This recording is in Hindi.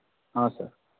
हाँ सर